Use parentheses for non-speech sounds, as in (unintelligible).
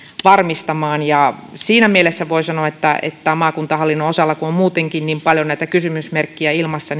varmistamaan siinä mielessä voi sanoa että kun tämän maakuntahallinnon osalla on muutenkin niin paljon näitä kysymysmerkkejä ilmassa (unintelligible)